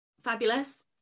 fabulous